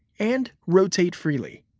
and rotate freely.